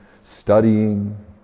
studying